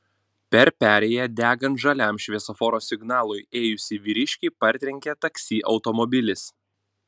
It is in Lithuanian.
per perėją degant žaliam šviesoforo signalui ėjusį vyriškį partrenkė taksi automobilis